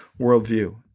worldview